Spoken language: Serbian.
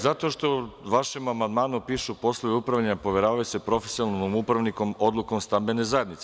Zato što u vašem amandmanu piše - poslovi upravljanja poveravaju se profesionalnom upravniku odlukom stambene zajednice.